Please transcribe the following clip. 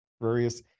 various